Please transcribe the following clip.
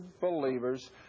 believers